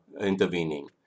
intervening